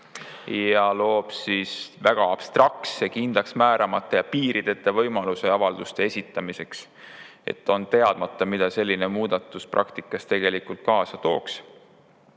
loob väga abstraktse, kindlaks määramata ja piirideta võimaluse avalduste esitamiseks. On teadmata, mida selline muudatus praktikas tegelikult kaasa tooks.